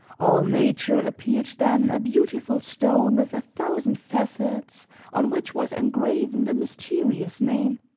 all nature appeared then a beautiful stone with a thousand facets on which was engraven the mysterious name.